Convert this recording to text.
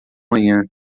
manhã